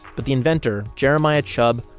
but the inventor, jeremiah chubb,